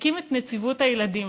יקים את נציבות הילדים.